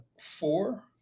four